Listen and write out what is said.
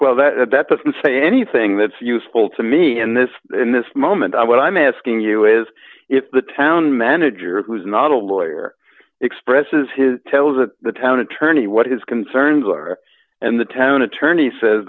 well that's not say anything that's useful to me in this in this moment i what i'm asking you is if the town manager who's not a lawyer expresses his tells of the town attorney what his concerns are and the town attorney says